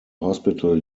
hospital